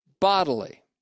bodily